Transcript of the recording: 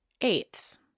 eighths